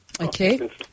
Okay